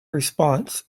response